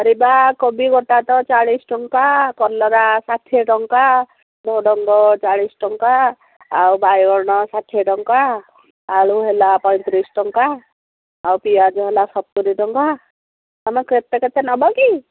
ପରିବା କୋବି ଗୋଟା ତ ଚାଳିଶ ଟଙ୍କା କଲରା ଷାଠିଏ ଟଙ୍କା ଝୁଡ଼ଙ୍ଗ ଚାଳିଶ ଟଙ୍କା ଆଉ ବାଇଗଣ ଷାଠିଏ ଟଙ୍କା ଆଳୁ ହେଲା ପଇଁତିରିଶ ଟଙ୍କା ଆଉ ପିଆଜ ହେଲା ସତୁରି ଟଙ୍କା ତୁମେ କେତେ କେତେ ନେବ କି